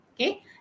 Okay